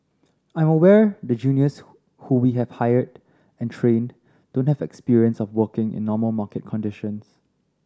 I'm aware the juniors who we have hired and trained don't have experience of working in normal market conditions